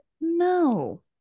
No